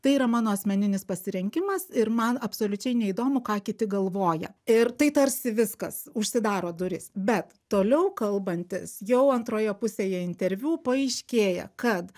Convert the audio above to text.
tai yra mano asmeninis pasirinkimas ir man absoliučiai neįdomu ką kiti galvoja ir tai tarsi viskas užsidaro durys bet toliau kalbantis jau antroje pusėje interviu paaiškėja kad